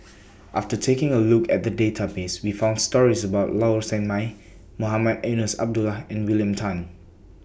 after taking A Look At The Database We found stories about Low Sanmay Mohamed Eunos Abdullah and William Tan